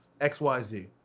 XYZ